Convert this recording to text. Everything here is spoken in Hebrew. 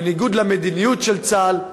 בניגוד למדיניות של צה"ל,